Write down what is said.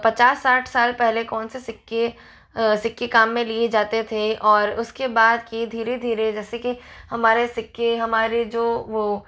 पचास साठ साल पहले कौन से सिक्के सिक्के काम में लिए जाते थे और उसके बाद की धीरे धीरे जैसे कि हमारे सिक्के हमारे जो वो